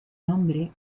nombre